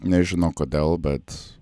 nežino kodėl bet